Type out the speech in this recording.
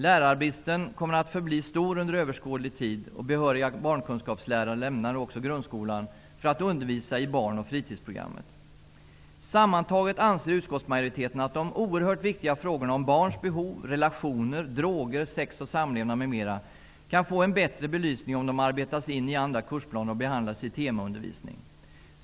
Lärarbristen kommer att förbli stor under överskådlig tid. Behöriga barnkunskapslärare lämnar nu också grundskolan för att undervisa i barn och fritidsprogrammet. Sammantaget anser utskottsmajoriteten att de oerhört viktiga frågorna om barns behov, relationer, droger, sex och samlevnad m.m. kan få en bättre belysning om de arbetas in i andra kursplaner och behandlas i temaundervisning.